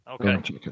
Okay